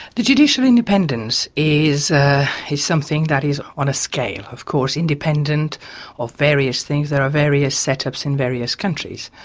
the judicial independence is is something that is on a scale of course, independent of various things, there are various set-ups in various countries.